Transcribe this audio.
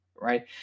right